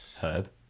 Herb